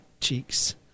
cheeks